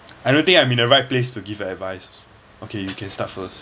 I don't think I'm in the right place to give advice okay you can start first